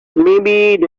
maybe